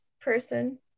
person